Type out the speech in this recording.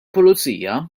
pulizija